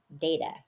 data